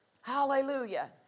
Hallelujah